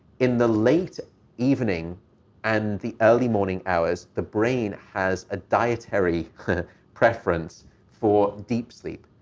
in the late evening and the early morning hours, the brain has a dietary preference for deep sleep.